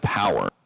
power